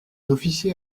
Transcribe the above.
officier